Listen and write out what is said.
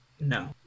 No